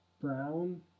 Brown